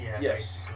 Yes